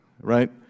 right